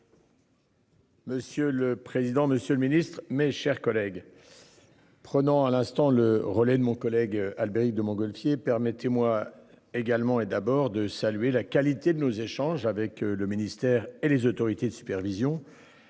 Monsieur le président, Monsieur le Ministre, mes chers collègues. Prenant à l'instant le relais de mon collègue Albéric de Montgolfier permettez-moi également et d'abord de saluer la qualité de nos échanges avec le ministère et les autorités de supervision,